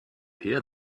here